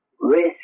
risk